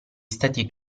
stati